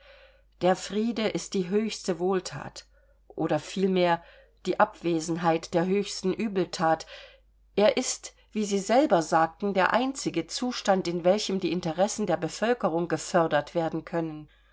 der friede ist die höchste wohlthat oder vielmehr die abwesenheit der höchsten übelthat er ist wie sie selber sagten der einzige zustand in welchem die interessen der bevölkerung gefördert werden können